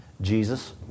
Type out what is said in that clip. Jesus